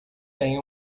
têm